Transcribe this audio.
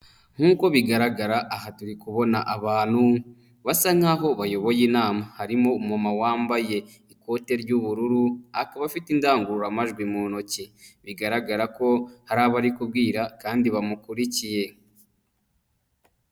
Nk'uko bigaragara aha turi kubona abantu basa nk'aho bayoboye inama harimo umumama wambaye ikote ry'ubururu akaba afite indangururamajwi mu ntoki bigaragara ko hari abo ari kubwira kandi bamukurikiye.